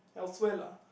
elsewhere lah